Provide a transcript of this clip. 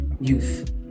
youth